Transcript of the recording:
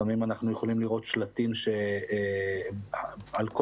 לפעמים אנחנו יכולים לראות שלטים שעל כל